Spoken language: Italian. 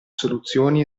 soluzioni